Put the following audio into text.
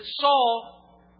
Saul